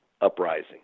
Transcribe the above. uprising